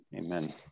Amen